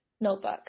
notebook